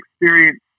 experience